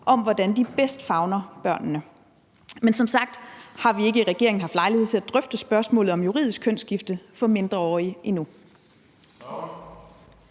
om, hvordan de bedst favner børnene. Men som sagt har vi ikke i regeringen haft lejlighed til at drøfte spørgsmålet om juridisk kønsskifte for mindreårige endnu.